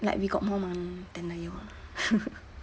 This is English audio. like we go more money than the year one